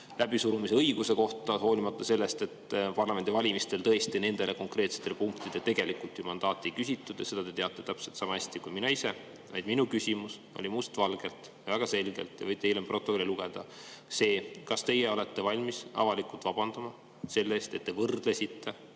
läbisurumise õiguse kohta, hoolimata sellest, et parlamendivalimistel tõesti nendele konkreetsetele punktidele tegelikult mandaati ei küsitud. Seda te teate täpselt sama hästi kui mina. Minu küsimus oli must valgel, väga selgelt – te võite hiljem [stenogrammist] üle lugeda – selline: kas te olete valmis avalikult vabandama selle eest, et võrdlesite,